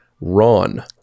Ron